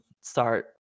start